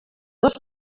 dos